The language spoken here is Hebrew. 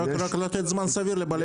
רק לתת זמן סביר לבעלי עסקים.